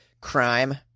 crime